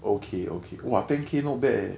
okay okay !wah! ten K not bad eh